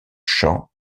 champs